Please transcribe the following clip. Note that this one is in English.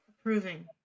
approving